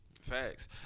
Facts